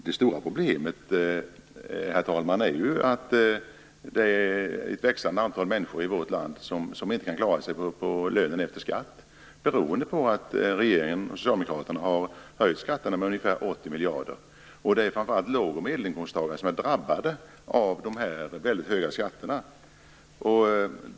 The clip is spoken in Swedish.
Det stora problemet, herr talman, är ju att det är ett växande antal människor i vårt land som inte kan klara sig på lönen efter skatt, beroende på att Socialdemokraterna har höjt skatterna med ungefär 80 miljarder kronor. Det är framför allt låg och medelinkomsttagare som är drabbade av de väldigt höga skatterna.